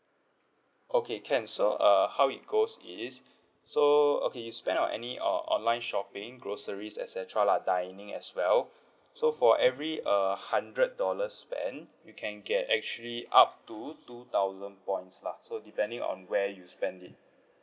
okay can so err how it goes is so okay you spend on any or online shopping groceries et cetera lah dining as well so for every err hundred dollars spend you can get actually up to two thousand points lah so depending on where you spend it